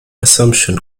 assumption